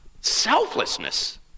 selflessness